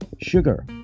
Sugar